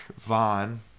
vaughn